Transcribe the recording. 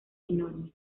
enormes